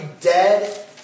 dead